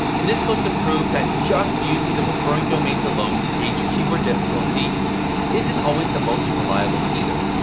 and this goes to prove that just using the referring domains alone to gauge keyword difficulty isn't always the most reliable either.